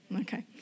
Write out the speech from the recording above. Okay